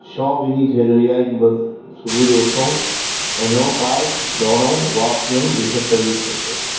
शौक़ु इन शइ जो ईअं आहे कि बस सुबुह जो उथूं वञूं पार्क दौड़ूं वॉक कयूं जंहिं सां शरीर फिट रहे